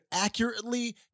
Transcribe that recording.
accurately